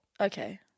Okay